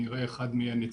אני רואה את אחד מהנציגים.